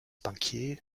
bankiers